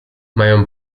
mają